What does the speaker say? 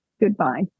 goodbye